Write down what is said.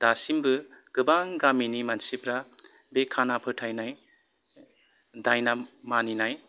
दासिमबो गोबां गामिनि मानसिफोरा बे खाना फोथायनाय दायना मानिनाय